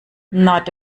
not